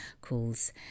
calls